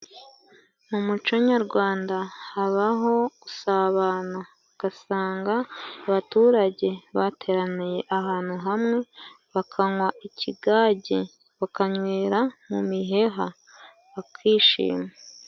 Mu muco nyarwanda habaho gusabana ugasanga abaturage bateraniye ahantu hamwe bakanwa ikigage bakanywera mu miheha bakishima.